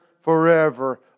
forever